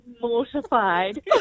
mortified